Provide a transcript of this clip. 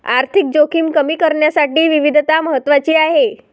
आर्थिक जोखीम कमी करण्यासाठी विविधता महत्वाची आहे